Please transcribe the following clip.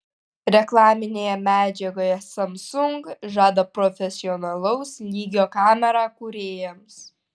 reklaminėje medžiagoje samsung žada profesionalaus lygio kamerą kūrėjams